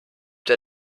der